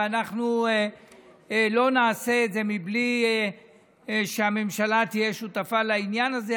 ואנחנו לא נעשה את זה בלי שהממשלה תהיה שותפה לעניין הזה,